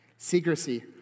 Secrecy